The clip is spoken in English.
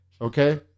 Okay